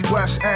West